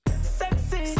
sexy